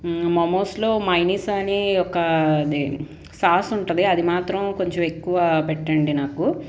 మోమోస్లో mayonnaise అనే ఒక అదే సాస్ ఉంటుంది అది మాత్రం కొంచెం ఎక్కువ పెట్టండి నాకు